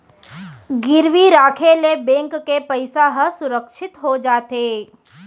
गिरवी राखे ले बेंक के पइसा ह सुरक्छित हो जाथे